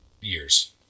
years